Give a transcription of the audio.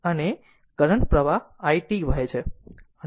અને it અને current પ્રવાહ i t વહે છે